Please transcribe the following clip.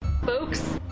Folks